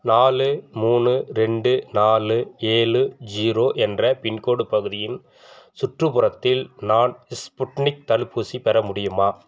நாலு மூணு ரெண்டு நாலு ஏழு ஜீரோ என்ற பின்கோடு பகுதியின் சுற்றுப்புறத்தில் நான் ஸ்புட்னிக் தடுப்பூசி பெற முடியுமா